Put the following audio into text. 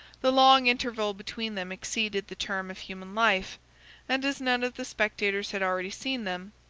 the long interval between them exceeded the term of human life and as none of the spectators had already seen them,